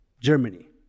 Germany